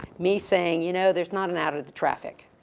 me saying you know, there's not an out of the traffic.